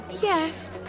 Yes